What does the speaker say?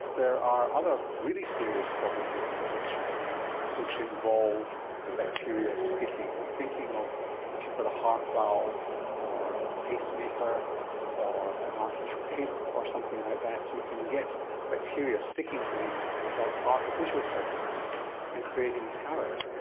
there are other really serious problems of infection which involve the bacteria sticking. i'm thinking of if you've got a heart valve or a pacemaker or an artificial hip or something like that, you can get bacteria sticking to these artificial surfaces and creating havoc.